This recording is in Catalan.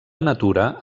natura